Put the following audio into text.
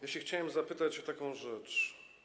Ja się chciałem zapytać o taką rzecz.